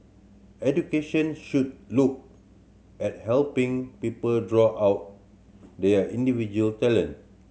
education should look at helping people draw out their individual talent